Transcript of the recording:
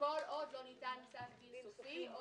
"כל עוד לא ניתן פסק דין סופי או